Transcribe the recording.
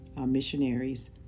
missionaries